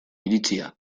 iritzia